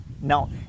now